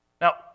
Now